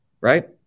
right